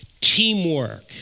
teamwork